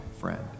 friend